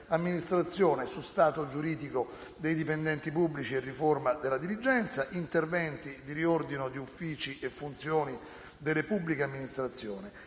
sullo stato giuridico dei dipendenti pubblici e la riforma della dirigenza e su interventi di riordino di uffici e funzioni delle pubbliche amministrazioni,